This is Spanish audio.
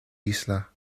isla